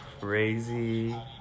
crazy-